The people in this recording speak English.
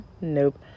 Nope